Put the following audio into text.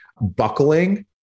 Buckling